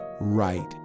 right